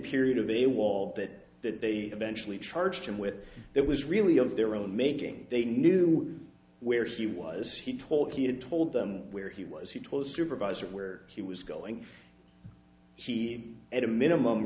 period of a wall that that they eventually charged him with that was really of their own making they knew where he was he told he had told them where he was he told supervisor where he was going he at a minimum